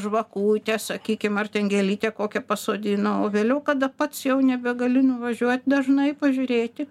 žvakutę sakykim ar ten gėlytę kokią pasodino o vėliau kada pats jau nebegali nuvažiuot dažnai pažiūrėti